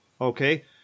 okay